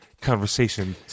conversation